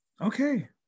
Okay